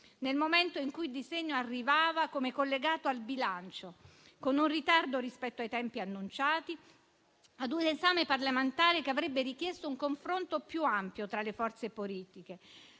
nel momento in cui il disegno di legge arrivava come collegato al bilancio, con un ritardo rispetto ai tempi annunciati, ad un esame parlamentare che avrebbe richiesto un confronto più ampio tra le forze politiche.